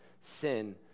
sin